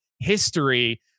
history